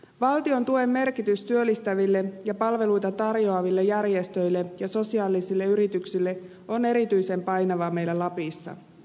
valtion tuen merkitys työllistäville ja palveluita tarjoaville järjestöille ja sosiaalisille yrityksille on erityisen painava meillä lapissa